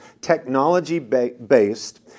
technology-based